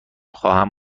خواهم